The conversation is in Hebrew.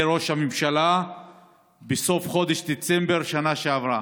ראש הממשלה בסוף חודש דצמבר שנה שעברה.